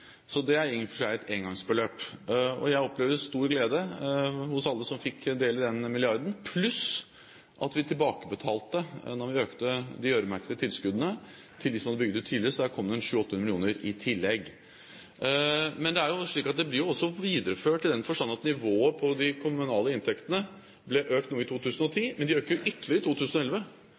så det er i og for seg et engangsbeløp. Jeg opplevde stor glede hos alle som fikk del i den milliarden, pluss at vi tilbakebetalte da vi økte de øremerkede tilskuddene til dem som hadde bygd ut tidligere, så der kom det 7–8 mill. kr i tillegg. Men det blir jo videreført i den forstand at nivået på de kommunale inntektene ble økt noe i 2010, men de øker ytterligere i 2011, slik at det er en videreføring ved at vi legger enda flere milliarder inn i 2011.